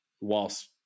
whilst